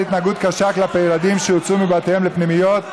התנהגות קשה כלפי ילדים שהוצאו מבתיהם לפנימיות,